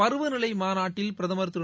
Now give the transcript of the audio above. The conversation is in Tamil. பருவநிலைமாநாட்டில் பிரதமர் திரு